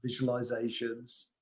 visualizations